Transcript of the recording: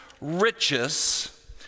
riches